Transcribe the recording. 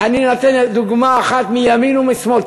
אני נותן דוגמה אחת מימין ומשמאל,